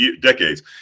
decades